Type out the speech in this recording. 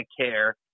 care